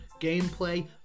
gameplay